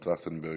טרכטנברג,